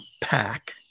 pack